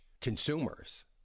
consumers